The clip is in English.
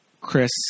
Chris